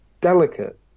delicate